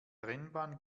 rennbahn